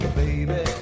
baby